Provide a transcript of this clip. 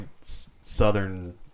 Southern